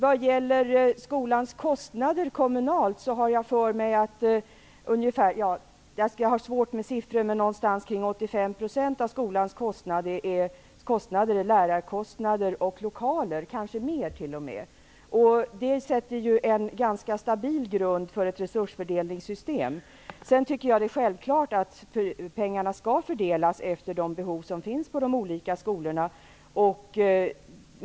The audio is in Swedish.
Vad gäller skolans kostnader kommunalt har jag för mig att ungefär 85 % av skolans kostnader avser lärar och lokalkostnader. Det utgör en ganska stabil grund för ett resursfördelningssystem. Jag tycker vidare att det är självklart att pengarna skall fördelas efter de behov som finns på de olika skolorna.